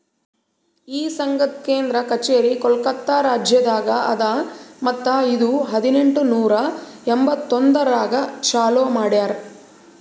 ಈ ಸಂಘದ್ ಕೇಂದ್ರ ಕಚೇರಿ ಕೋಲ್ಕತಾ ರಾಜ್ಯದಾಗ್ ಅದಾ ಮತ್ತ ಇದು ಹದಿನೆಂಟು ನೂರಾ ಎಂಬತ್ತೊಂದರಾಗ್ ಚಾಲೂ ಮಾಡ್ಯಾರ್